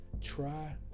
try